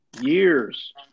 Years